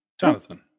Jonathan